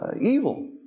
evil